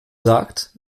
sagt